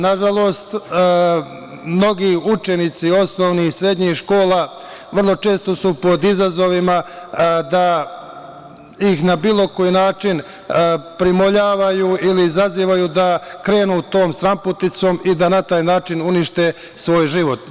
Nažalost, mnogi učenici osnovnih i srednjih škola vrlo često su pod izazovima da ih na bilo koji način primoljavaju ili izazivaju da krenu tom stranputicom i da na taj način unište svoj život.